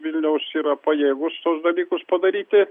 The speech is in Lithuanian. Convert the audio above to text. vilniaus yra pajėgus tuos dalykus padaryti